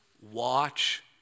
Watch